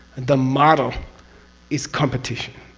the model is competition.